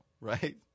right